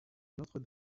notre